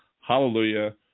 Hallelujah